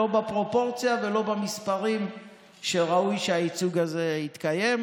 לא בפרופורציה ולא במספרים שראוי שהייצוג הזה יתקיים,